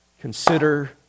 Consider